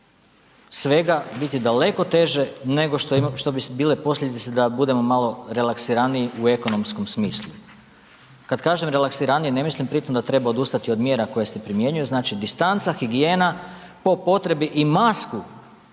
svega biti daleko teže nego što bi bile posljedice da budemo malo relaksiraniji u ekonomskom smislu. Kad kažem relaksiraniji ne mislim pri tom da treba odustati od mjera koje se primjenjuju, znači distanca, higijena, po potrebi i masku